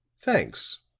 thanks,